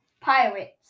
pirates